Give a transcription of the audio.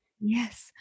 yes